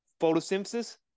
photosynthesis